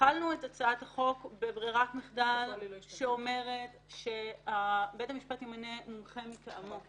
התחלנו את הצעת חוק בברירת מחדל שאומרת שבית המשפט ימנה מומחה מטעמו.